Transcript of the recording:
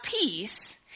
peace